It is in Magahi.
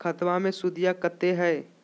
खतबा मे सुदीया कते हय?